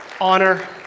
honor